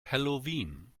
halloween